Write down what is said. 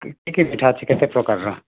କେତେ ମିଠା ଅଛି କେତେ ପ୍ରକାରର